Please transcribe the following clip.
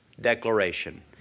declaration